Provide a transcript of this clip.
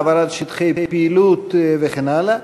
העברת שטחי פעילות וכן הלאה.